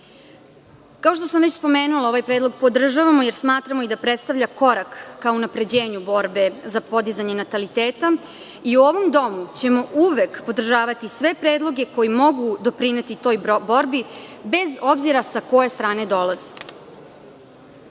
Kao što sam već spomenula ovaj predlog podržavamo, jer smatramo i da predstavlja korak ka unapređenju borbe za podizanje nataliteta i ovom domu ćemo uvek podržavati sve predloge koji mogu doprineti toj borbi bez obzira sa koje strane dolazi.